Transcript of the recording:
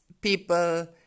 people